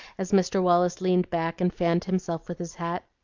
as mr. wallace leaned back and fanned himself with his hat.